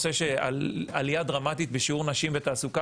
העלייה הדרמטית בשיעור נשים בתעסוקה,